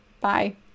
Bye